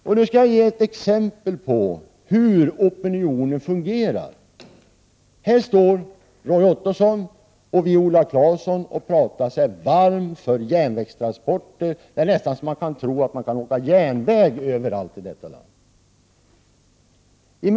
Jag skall ge ett exempel på hur opinionen fungerar. Här står Roy Ottosson och Viola Claesson och talar sig varma för järnvägstransporter. Det är nästan så att man kan tro att man kan åka tåg överallt i detta land.